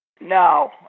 No